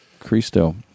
Christo